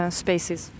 spaces